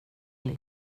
bli